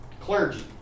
Clergy